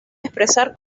expresar